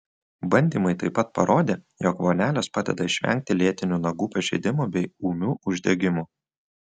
bandymai taip pat parodė jog vonelės padeda išvengti lėtinių nagų pažeidimų bei ūmių uždegimų